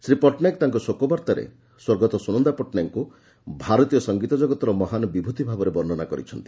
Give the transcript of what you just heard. ଶ୍ରୀ ପଟ୍ଟନାୟକ ତାଙ କ ଶୋକବାର୍ତ୍ତାରେ ସ୍ୱର୍ଗତଃ ସ୍ବନନ୍ଦା ପଟ୍ଟନାୟକଙ୍କୁ ଭାରତୀୟ ସଂଗୀତ ଜଗତର ମହାନ ବିଭ୍ରତି ଭାବରେ ବର୍ଷ୍ନା କରିଛନ୍ତି